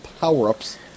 power-ups